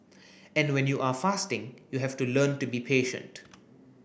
and when you are fasting you have to learn to be patient